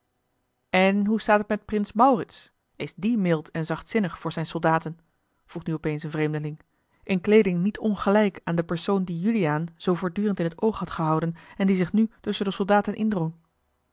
en hoe staat het met prins maurits is die mild en zachtzinnig voor zijne soldaten vroeg nu op eens een vreemdeling in kleeding niet ongelijk aan den persoon die juliaan zoo voortdurend in t oog had gehouden en die zich nu tusschen de soldaten